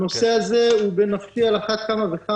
הנושא הזה הוא בנפשי על אחת כמה וכמה.